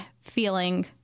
feeling